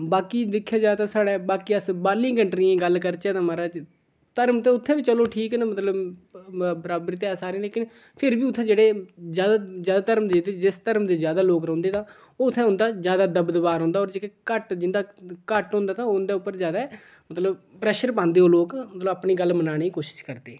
बाकी दिक्खेआ जा तां साढ़े बाकी अस बाह्रली कंट्रियें दी गल्ल करचै तां म्हाराज धर्म ते उत्थें बी चलो ठीक न मतलब बराबर ते ऐ सारे लेकिन फिर बी उत्थें जेह्ड़े जादै धर्म जिस धर्म दी जादै लोक रौंह्दे तां होर उत्थें उंदा जादा दबदबा रौहंदा होर जेह्के घट्ट जिन्दा घट्ट होंदा ते ओह् उंदा उप्पर जादै मतलब प्रेशर पांदे ओह् लोक अपनी गल्ल मनाने दी कोशिश करदे